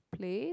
place